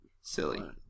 Silly